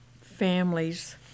families